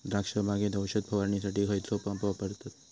द्राक्ष बागेत औषध फवारणीसाठी खैयचो पंप वापरतत?